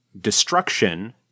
destruction